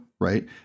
right